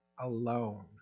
alone